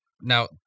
now